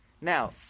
Now